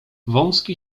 wąski